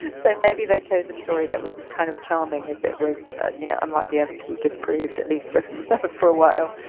so maybe they chose a story that was as kind of charming as it was you know unlikely ever to be disproved at least for but but for a while.